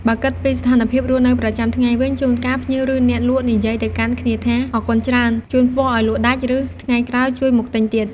បើគិតពីស្ថានភាពរស់នៅប្រចាំថ្ងៃវិញ ជួនកាលភ្ញៀវ ឬ អ្នកលក់និយាយទៅកាន់គ្នាថា អរគុណច្រើន ជូនពរឱ្យលក់ដាច់ ឬ ថ្ងៃក្រោយជួយមកទិញទៀត។